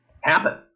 happen